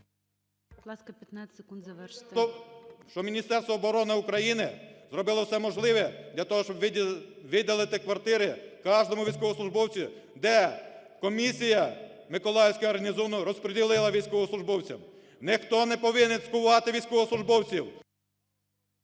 щоб Міністерство оброни України зробило все можливе для того, щоб виділити квартири каждому військовослужбовцю, де комісія Миколаївського гарнізону розподілила військовослужбовціям. Ніхто не повинен цькувати військовослужбовців...